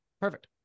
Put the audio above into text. perfect